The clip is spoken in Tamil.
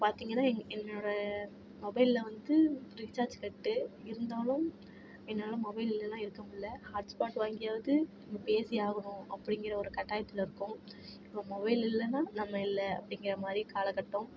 பார்த்தீங்கன்னா என் என்னோட மொபைலில் வந்து ரீசார்ஜ் கட்டு இருந்தாலும் என்னால் மொபைல் இல்லைன்னா இருக்க முடியல ஹாட்ஸ்பாட் வாங்கியாவது பேசி ஆகணும் அப்படிங்கிற ஒரு கட்டாயத்தில் இருக்கோம் இப்போ மொபைல் இல்லைன்னா நம்ம இல்லை அப்படிங்கிற மாதிரி காலகட்டம்